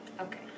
Okay